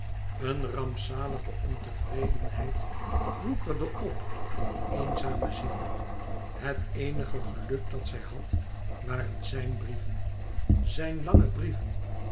eene rampzalige ontevredenheid woekerde op in die eenzame ziel het eenige geluk dat zij had waren zijn brieven zijn lange brieven